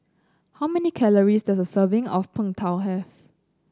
how many calories does a serving of Png Tao have